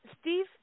Steve